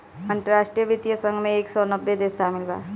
अंतरराष्ट्रीय वित्तीय संघ मे एक सौ नब्बे देस शामिल बाटन